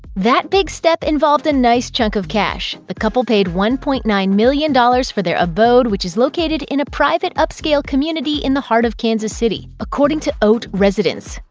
that big step involved a nice chunk of cash. the couple paid one point nine million dollars for their abode which is located in a private upscale community in the heart of kansas city, according to haute residence.